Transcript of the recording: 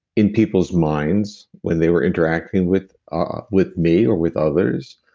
in people's minds when they were interacting with ah with me or with others.